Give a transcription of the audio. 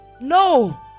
No